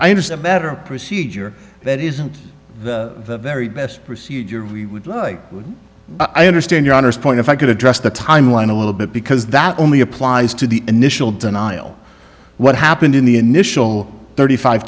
i understand better procedure that is the very best procedure we i understand your honour's point if i could address the timeline a little bit because that only applies to the initial denial what happened in the initial thirty five